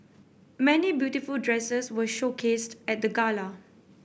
many beautiful dresses were showcased at the gala